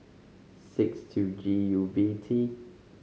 six two G U V T